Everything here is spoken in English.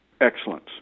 excellence